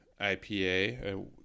IPA